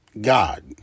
God